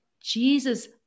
Jesus